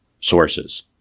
sources